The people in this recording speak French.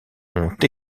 ont